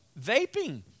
Vaping